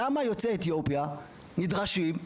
למה יוצאי אתיופיה נדרשים,